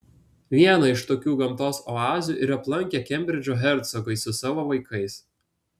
vieną iš tokių gamtos oazių ir aplankė kembridžo hercogai su savo vaikais